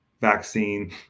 vaccine